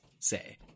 say